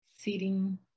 sitting